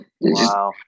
Wow